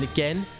again